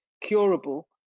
curable